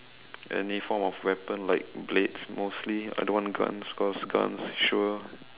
any form of weapon like blades mostly I don't want guns cause guns sure